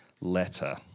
letter